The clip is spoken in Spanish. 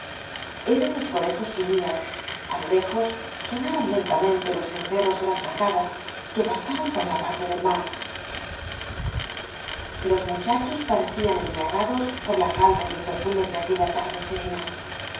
eran los conejos que huían a lo lejos sonaban lentamente los cencerros de las vacadas que pastaban por la parte del mar los muchachos parecían embriagados por la calma y los perfumes de aquella tarde eerena